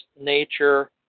nature